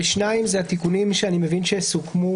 ושניים זה התיקונים שאני מבין שסוכמו